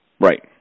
Right